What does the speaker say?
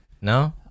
no